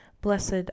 blessed